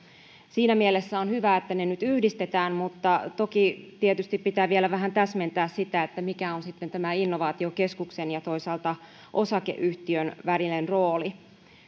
siinä mielessä on hyvä että ne nyt yhdistetään mutta toki tietysti pitää vielä vähän täsmentää sitä mikä on sitten tämän innovaatiokeskuksen ja toisaalta osakeyhtiön välinen rooli